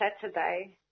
Saturday